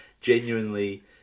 genuinely